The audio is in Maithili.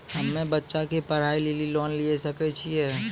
हम्मे बच्चा के पढ़ाई लेली लोन लिये सकय छियै?